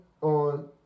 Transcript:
on